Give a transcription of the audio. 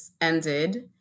ended